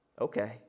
Okay